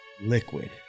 Liquid